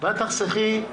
ואת תחסכי,